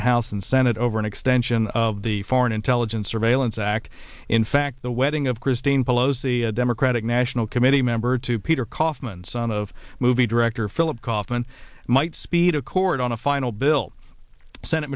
the house and senate over an extension of the foreign intelligence surveillance act in fact the wedding of christine pelosi a democratic national committee member to peter kaufman son of movie director philip kauffman might speed accord on a final bill senate